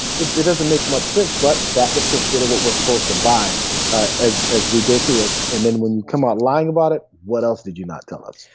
it doesn't make much sense. but that was considered what we're supposed to buy as as we go through this. and then when you come out lying about it, what else did you not tell us?